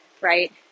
right